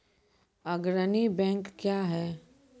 अग्रणी बैंक क्या हैं?